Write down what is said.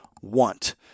want